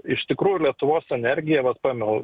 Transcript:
iš tikrųjų lietuvos energija vat paėmiau